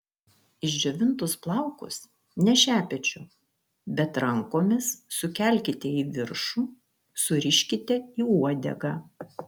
išdžiovintus plaukus ne šepečiu bet rankomis sukelkite į viršų suriškite į uodegą